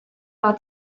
war